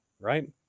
right